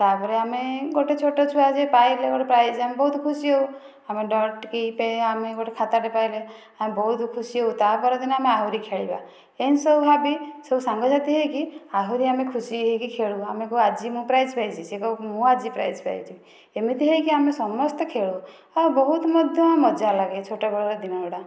ତା'ପରେ ଆମେ ଗୋଟିଏ ଛୁଆ ଯେ ପାଇଲେ ପ୍ରାଇଜ୍ ଆମେ ବହୁତ ଖୁସି ହେଉ ଆମେ ଡଟ୍ କି ପେ ଆମେ ଗୋଟିଏ ଖାତାଟେ ପାଇଲେ ଆମେ ବହୁତ ଖୁସି ହେଉ ତା'ପରେ ଆମେ ଆହୁରି ଖେଳିବା ଏମିତି ସବୁ ଭାବି ସବୁ ସାଙ୍ଗସାଥି ହେଇକି ଆହୁରି ଆମେ ଖୁସି ହୋଇକି ଖେଳୁ ଆମେ କହୁ ଆଜି ମୁଁ ପ୍ରାଇଜ୍ ପାଇଛି ସେ କହିବ ମୁଁ ଆଜି ପ୍ରାଇଜ୍ ପାଇଛି ଏମିତି ହୋଇକି ଆମେ ସମସ୍ତେ ଖେଳୁ ହଁ ବହୁତ ମଧ୍ୟ ମଜା ଲାଗେ ଛୋଟ ବେଳର ଦିନ ଗୁଡ଼ା